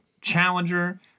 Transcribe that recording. Challenger